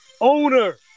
owner